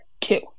two